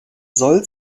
soll